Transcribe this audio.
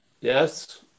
yes